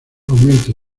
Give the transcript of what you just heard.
aumento